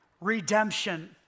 redemption